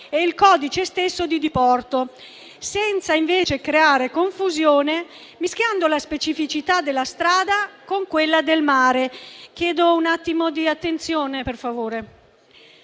della nautica da diporto, senza invece creare confusione, mischiando la specificità della strada con quella del mare.